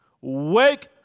Wake